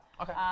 Okay